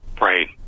Right